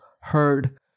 heard